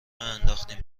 انداختین